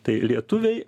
tai lietuviai